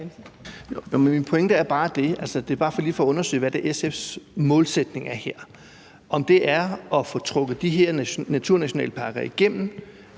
Men det er bare lige for at undersøge, hvad det er, SF's målsætning er her: om det er at få trumfet de her naturnationalparker igennem,